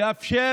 לאפשר